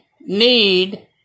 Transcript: need